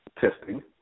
testing